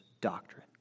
doctrine